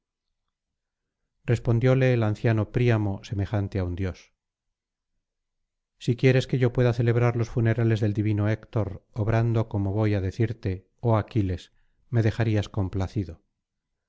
respondióle el anciano príamo semejante á un dios si quieres que yo pueda celebrar los funerales del divino héctor obrando como voy á decirte oh aquiles me dejarías complacido